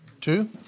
two